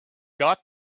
got